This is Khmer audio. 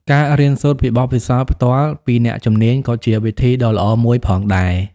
ការរៀនសូត្រពីបទពិសោធន៍ផ្ទាល់ពីអ្នកជំនាញក៏ជាវិធីដ៏ល្អមួយផងដែរ។